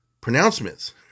pronouncements